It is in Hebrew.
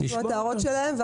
לשמוע את ההערות שלהם,